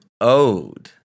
owed